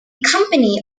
company